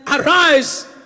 arise